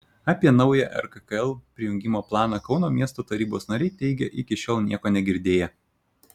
apie naują rkkl prijungimo planą kauno miesto tarybos nariai teigia iki šiol nieko negirdėję